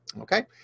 Okay